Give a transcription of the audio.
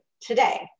today